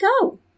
go